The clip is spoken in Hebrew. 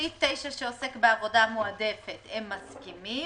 סעיף 9 שעוסק בעבודה מועדפת הם מסכימים.